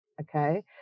Okay